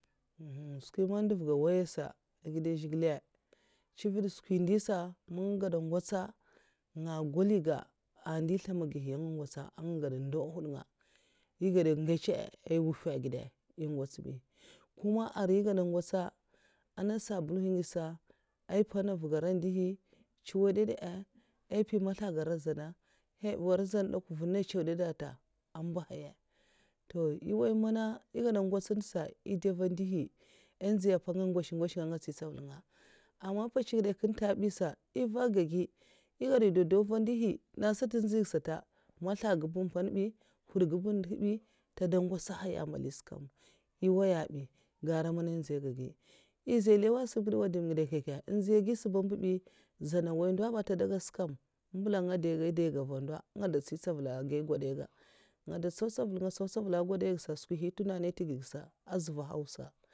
Enhen skwi ndè man ndèv ga waiya sa a'gèd zhigilè sa chivèd swki ndi sa man egeda ngwots'nga golahiga an ndè nzlèmagihi'ya anga ngwotsa anga gada ndo an nhwud nga eh gada ngècha'a ai nwuffè gèda èh ngots kuma arai egdad ngwotsa ana sabulè ngèd'sa mpèna nvu'ga ara ndihi ntsuwa'dad'da ai mpyi maslak ga ara zana nhey nwar zan dekwa vhu'nenga ntsuwad'dda nta ambahaya toh ai nwaiya mana ehgada ngwotsa ntesa ai ndey'va ndihi ai' nzhiapa anga ngosh'ngosha anga ntsi ntsaval nga aman mpwots ngide nkey nkye anta bi sa eh vak'ka gui ai gwoda do'dow va ndihi nen sata nziy ga sata maslak'ga ba uhm mpon bi nhwudga ba nduh bi nta de ngwasahaya'n' mbali'sa kam eh waya bi gara mana ai ehn nzey ga gui èh za nlew sa bu dèh wa dum ngide'kye kye anzhiya gui sa aza mbubi zana nwoy ndo ba a ntè dè gèd'skè'kam un mbilam man èh dai ga va ndo nga ngodo tsau tsaval'a agai gwadaiga nga dow ntsau ntsaval, nga ntsau tsaval'a gwadaigsa'ka skwi hi tunani nteged ga sa azuvahawsa.